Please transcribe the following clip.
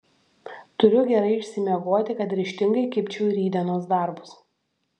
turiu gerai išsimiegoti kad ryžtingai kibčiau į rytdienos darbus